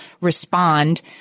respond